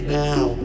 now